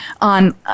on